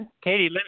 Katie